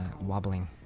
wobbling